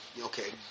Okay